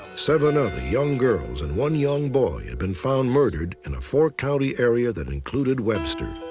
seven other young girls and one young boy had been found murdered in a four county area that included webster.